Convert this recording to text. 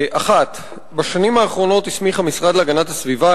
1. בשנים האחרונות הסמיך המשרד להגנת הסביבה